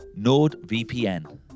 NordVPN